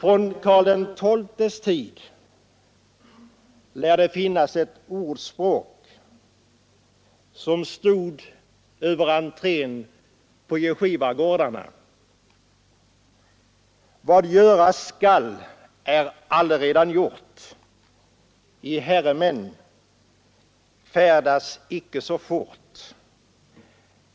På Karl XI:s tid lär det ha stått på milstolparna: ”Vad göras skall är allaredan gjort. I herredagsmän, reser icke så fort!